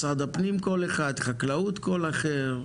משרד הפנים קול אחד, חקלאות קול אחר.